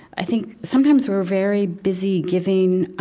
i think, sometimes we're very busy giving